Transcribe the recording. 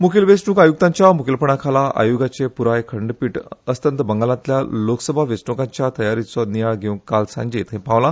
मुखेल वेचणूक आयुक्तांच्या मुखेलपणाखाला आयोगाचे पुराय खंडपीठ अस्तंत बंगालातल्या लोकसभा वेचणूकांच्या तयारीचो नियाळ घेवंक काल सांजे थंय पावला